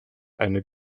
eine